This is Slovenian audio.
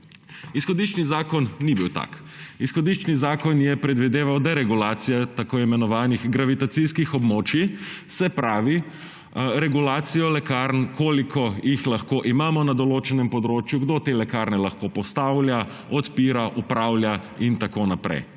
Izhodiščni zakon ni bil tak. Izhodiščni zakon je predvideval deregulacijo tako imenovanih gravitacijskih območij, se pravi regulacijo lekarn, koliko jih lahko imamo na določenem področju, kdo te lekarne lahko postavlja, odpira, upravlja in tako naprej.